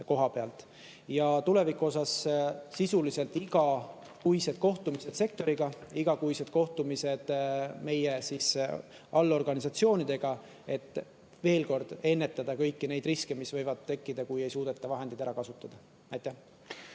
et tulevad igakuised sisulised kohtumised sektoriga, igakuised kohtumised meie allorganisatsioonidega, et ennetada kõiki neid riske, mis võivad tekkida, kui ei suudeta vahendeid ära kasutada.